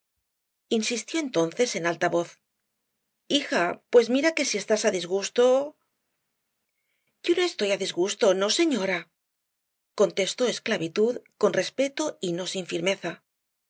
insistió entonces en alta voz hija pues mira que si estás á disgusto yo no estoy á disgusto no señora contestó esclavitud con respeto y no sin firmeza